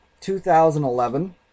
2011